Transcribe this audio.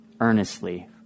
earnestly